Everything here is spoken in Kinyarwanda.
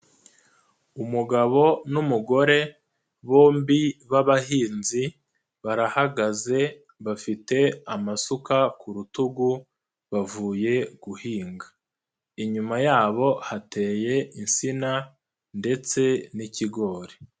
Umugabo n'umugore, bombi b'abahinzi, barahagaze, bafite amasuka ku rutugu, bavuye guhinga. Inyuma yabo hateye insina ndetse n'ikigori.